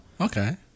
Okay